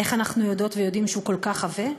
איך אנחנו יודעות ויודעים שהוא כל כך עבה?